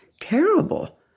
terrible